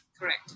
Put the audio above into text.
correct